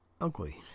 ugly